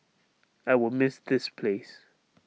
I will miss this place